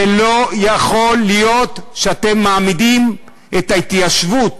זה לא יכול להיות שאתם מעמידים את ההתיישבות